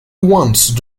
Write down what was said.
once